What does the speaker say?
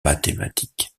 mathématiques